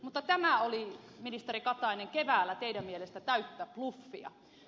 mutta tämä oli ministeri katainen keväällä teidän mielestänne täyttä bluffia